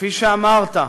כפי שאמרת,